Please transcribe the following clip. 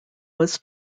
was